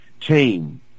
team